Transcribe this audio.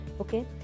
okay